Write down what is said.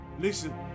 Listen